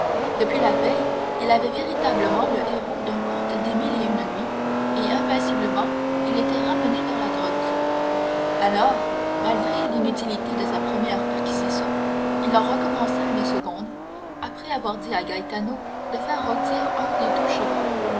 depuis la veille il était véritablement le héros d'un conte des mille et une nuits et invinciblement il était ramené vers la grotte alors malgré l'inutilité de sa première perquisition il en recommença une seconde après avoir dit à gaetano de faire rôtir un des deux chevreaux